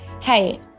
hey